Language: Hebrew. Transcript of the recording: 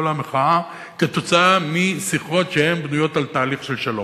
המחאה כתוצאה משיחות שבנויות על תהליך של שלום,